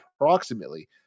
approximately